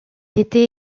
était